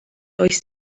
does